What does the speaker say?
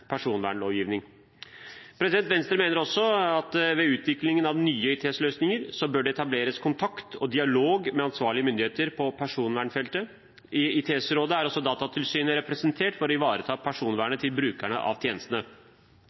personvernlovgivning. Venstre mener også at ved utviklingen av nye ITS-løsninger bør det etableres kontakt og dialog med ansvarlige myndigheter på personvernfeltet. I ITS-rådet er også Datatilsynet representert for å ivareta personvernet til brukerne av tjenestene.